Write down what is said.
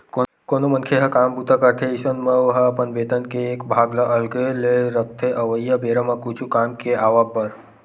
कोनो मनखे ह काम बूता करथे अइसन म ओहा अपन बेतन के एक भाग ल अलगे ले रखथे अवइया बेरा म कुछु काम के आवब बर